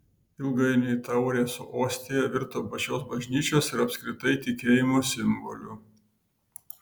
ilgainiui taurė su ostija virto pačios bažnyčios ir apskritai tikėjimo simboliu